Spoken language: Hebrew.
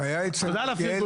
הבעיה אצל מלכיאלי,